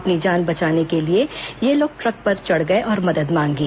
अपनी जान बचाने के लिए ये लोग ट्रक पर चढ़ गए और मदद मांगी